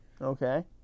Okay